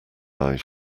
eyes